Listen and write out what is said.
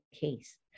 case